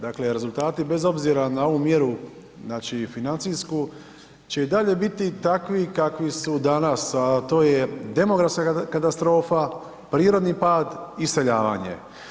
Dakle, rezultati bez obzira na ovu mjeru, znači financijsku, će i dalje biti takvi kakvi su danas, a to je demografska katastrofa, prirodni pad i iseljavanje.